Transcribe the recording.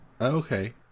Okay